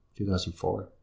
2004